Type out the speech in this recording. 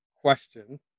question